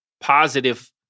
positive